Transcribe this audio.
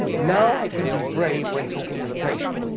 now i can be brave when talking to the patient.